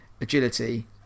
agility